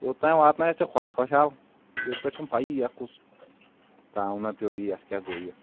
یوتانۍ واتنٲیتھ ژےٚ خۄش خۄش حال ییٚتہِ پٮ۪ٹھ چھنہٕ پیی یتھ کُس تاونا پیٚو یہ یتھ کیٛاہ گوٚو یہِ